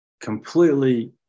completely